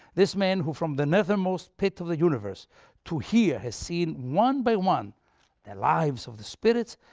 this man, who from the nethermost pit of the universe to here has seen one by one the lives of the spirits,